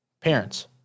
parents